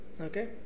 Okay